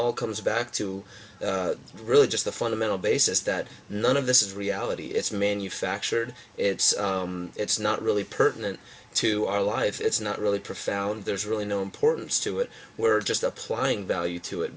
all comes back to really just the fundamental basis that none of this is reality it's manufactured it's it's not really pertinent to our life it's not really profound there's really no importance to it we're just applying value to it